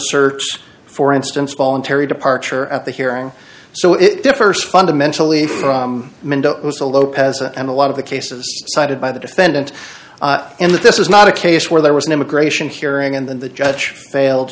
search for instance voluntary departure at the hearing so it differs fundamentally from mendoza lopez and a lot of the cases cited by the defendant and that this is not a case where there was an immigration hearing and then the judge failed